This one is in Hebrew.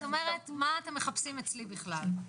את אומרת - מה אתם מחפשים אצלי בכלל?